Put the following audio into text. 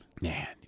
Man